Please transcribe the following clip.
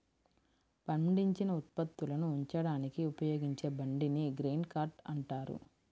పండించిన ఉత్పత్తులను ఉంచడానికి ఉపయోగించే బండిని గ్రెయిన్ కార్ట్ అంటారు